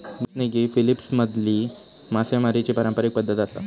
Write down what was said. बसनिग ही फिलीपिन्समधली मासेमारीची पारंपारिक पद्धत आसा